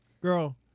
girl